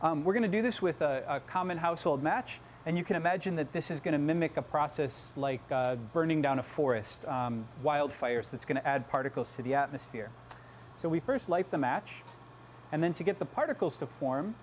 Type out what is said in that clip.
form we're going to do this with a common household match and you can imagine that this is going to mimic a process like burning down a forest wildfires that's going to add particles to the atmosphere so we first light the match and then to get the particles to form